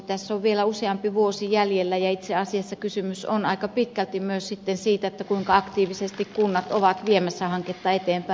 tässä on vielä useampi vuosi jäljellä ja itse asiassa kysymys on aika pitkälti myös sitten siitä kuinka aktiivisesti kunnat ovat viemässä hanketta eteenpäin